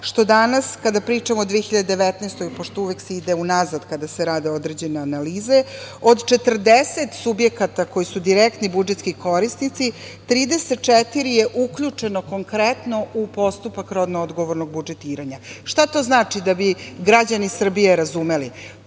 što danas kada pričamo o 2019. godini, pošto se uvek ide unazad kada se rade određene analize, od 40 subjekata koji su direktni budžetski korisnici, 34 je uključeno konkretno u postupak rodno odgovornog budžetiranja. Šta to znači, da bi građani Srbije razumeli?